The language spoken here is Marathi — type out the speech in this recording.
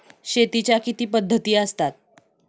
शेतीच्या किती पद्धती असतात?